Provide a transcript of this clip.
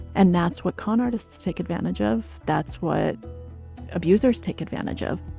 and that's what con artists take advantage of. that's what abusers take advantage of